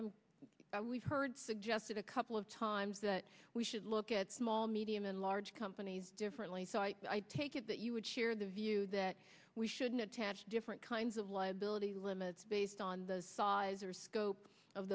also we've heard suggested a couple of times that we should look at small medium and large companies differently so i take it that you would share the view that we shouldn't attach different kinds of liability limits based on those saws or scope of